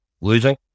losing